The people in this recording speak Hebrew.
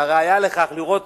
והראיה לכך, לראות